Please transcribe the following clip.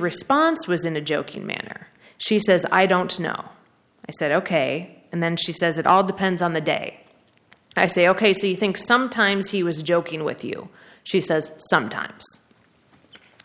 response was in a joking manner she says i don't know i said ok and then she says it all depends on the day i say ok so you think sometimes he was joking with you she says sometimes